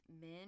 men